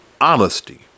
honesty